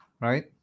right